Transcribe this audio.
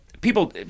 people